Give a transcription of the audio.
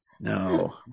No